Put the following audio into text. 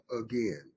again